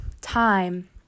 time